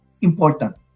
important